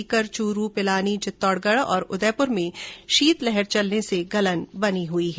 सीकर चूरू पिलानी चित्तौड़गढ़ और उदयपुर में शीतलहर चलने से गलन बनी हुई है